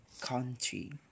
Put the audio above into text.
country